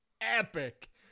epic